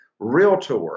Realtor